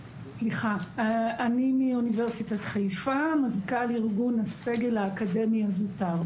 אני מאונ' חיפה, מזכ"ל ארגון הסגל האקדמי הזוטר.